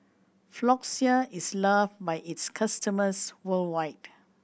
Floxia is loved by its customers worldwide